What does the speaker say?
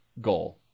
goal